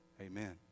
amen